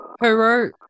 Hero